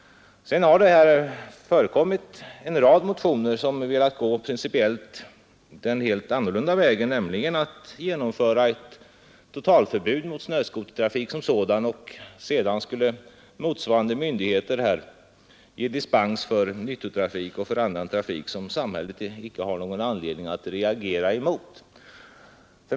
I en rad motioner har föreslagits att man skulle gå den motsatta vägen och införa ett totalförbud mot snöskotertrafik men att myndigheterna skulle kunna ge dispens för nyttotrafik eller annan trafik som samhället inte har någon anledning att reagera mot.